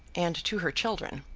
and to her children.